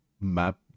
map